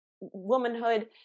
womanhood